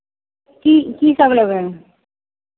की कीसभ लेबै